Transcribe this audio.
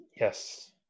yes